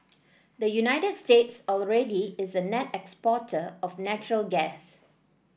the United States already is a net exporter of natural gas